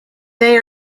they